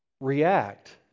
react